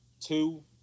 two